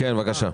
כן, בבקשה.